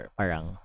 parang